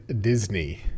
Disney